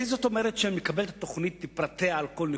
אין זאת אומרת שאני מקבל את התוכנית לפרטיה על כל נקודה,